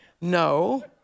No